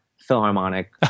philharmonic